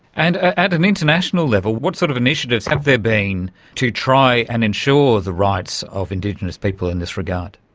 and at an international level, what sort of initiatives have there been to try and ensure the rights of indigenous people in this regard?